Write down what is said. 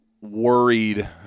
worried